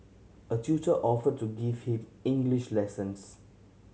a tutor offered to give him English lessons